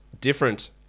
different